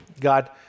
God